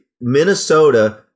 Minnesota